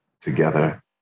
together